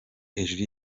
hejuru